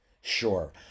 Sure